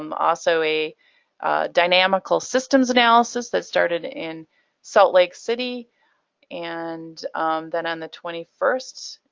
um also a dynamical systems analysis that started in salt lake city and then on the twenty first,